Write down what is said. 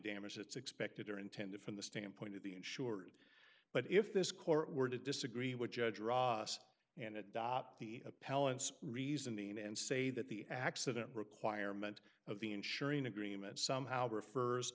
that's expected or intended from the standpoint of the insured but if this court were to disagree with judge ross and adopt the appellant's reasoning and say that the accident requirement of the insuring agreement somehow refers